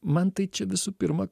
man tai čia visų pirma